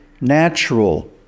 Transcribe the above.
natural